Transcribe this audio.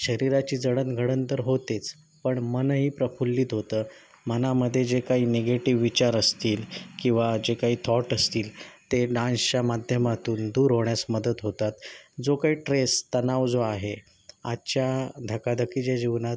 शरीराची जडण घडण तर होतेच पण मनही प्रफुल्लित होतं मनामध्ये जे काही निगेटिव विचार असतील किंवा जे काही थॉट असतील ते डान्सच्या माध्यमातून दूर होण्यास मदत होतात जो काही ट्रेस तणाव जो आहे आजच्या धकाधकीच्या जीवनात